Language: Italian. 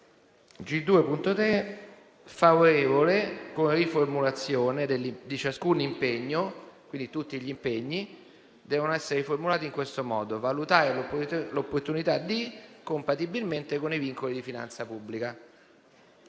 favorevole con riformulazione di ciascun impegno. Quindi tutti gli impegni devono essere riformulati aggiungendo le parole: «a valutare l'opportunità di» (...) «compatibilmente con i vincoli di finanza pubblica».